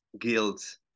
guilt